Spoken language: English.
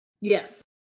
Yes